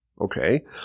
Okay